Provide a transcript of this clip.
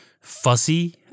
fuzzy